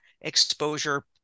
exposure